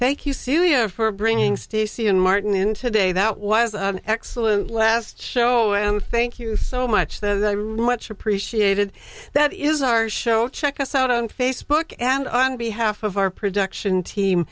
thank you celia for bringing stacy and martin in today that was excellent last show and thank you so much the much appreciated that is our show check us out on facebook and on behalf of our production team